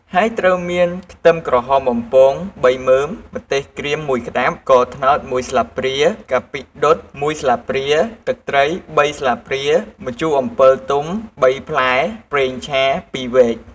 ហើយត្រូវមាន ខ្ទឹមក្រហមបំពង ៣មើម ម្ទេសក្រៀម ១ក្តាប់ ស្ករត្នោត ១ស្លាបព្រា កាពិដុត ១ស្លាបព្រា ទឹកត្រី ៣ស្លាបព្រា ម្ជូរអំពិលទុំ ៣ផ្លែ ប្រេងឆា ២វែក។